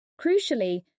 Crucially